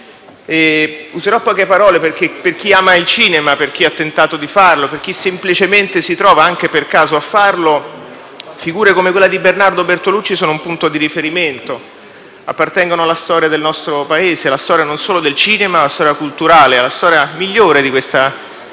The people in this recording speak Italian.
Userò poche parole perché, per chi ama il cinema, per chi ha tentato di farlo, per chi semplicemente si trova anche per caso a farlo, figure come quella di Bernardo Bertolucci sono un punto di riferimento: appartengono alla storia del nostro Paese, non solo alla storia del cinema, ma alla storia culturale, alla storia migliore di questa Italia,